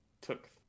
took